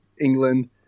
england